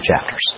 chapters